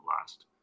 last